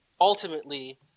ultimately –